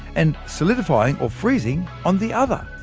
and solidifying or freezing on the other.